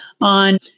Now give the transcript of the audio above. on